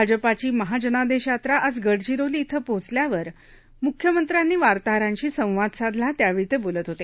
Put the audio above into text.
भाजपाची महाजनादेश यात्रा आज गडचिरोली इथं पोहोचल्यावर मुख्यमंत्र्यांनी वार्ताहरांशी संवाद साधला त्यावेळी ते बोलत होते